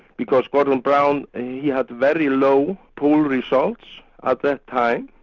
because gordon brown he had very low, poll results at that time,